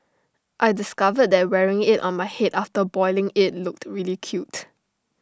I discovered that wearing IT on my Head after boiling IT looked really cute